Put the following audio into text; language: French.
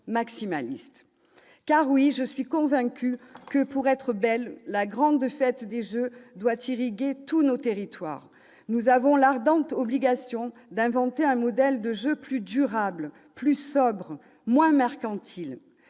mes chers collègues, je suis convaincue que, pour être belle, la grande fête des Jeux doit irriguer tous nos territoires. Nous avons l'ardente obligation d'inventer un modèle de jeux plus durables, plus sobres, moins mercantiles.